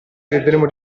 vedremo